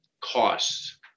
costs